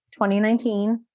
2019